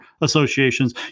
associations